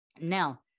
Now